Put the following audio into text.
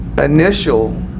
initial